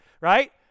Right